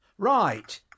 Right